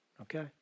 Okay